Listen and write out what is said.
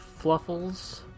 Fluffles